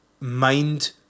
mind